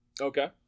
okay